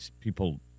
people